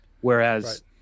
Whereas –